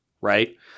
right